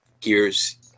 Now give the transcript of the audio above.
gears